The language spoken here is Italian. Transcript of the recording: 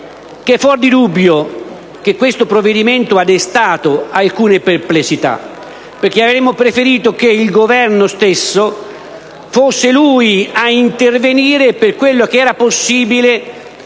che è fuori di dubbio che questo provvedimento abbia destato alcune perplessità, perché avremmo preferito che fosse il Governo stesso ad intervenire, per quello che era possibile,